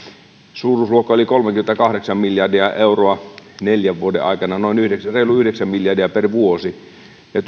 suuruusluokka oli kolmekymmentäkahdeksan miljardia euroa neljän vuoden aikana noin reilu yhdeksän miljardia per vuosi